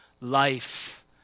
life